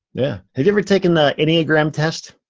yeah. have you ever taken the enneagram test?